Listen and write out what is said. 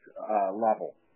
level